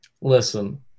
Listen